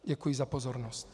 Děkuji za pozornost.